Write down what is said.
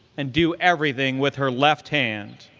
and do everything with her left hand,